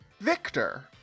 Victor